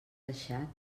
deixat